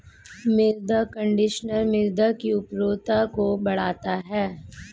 मृदा कंडीशनर मृदा की उर्वरता को बढ़ाता है